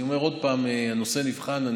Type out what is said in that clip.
אני אומר שוב: הנושא נבחן.